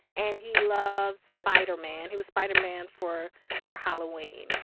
and he loves spider-man. he was spider-man for for halloween.